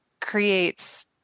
creates